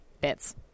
bits